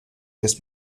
des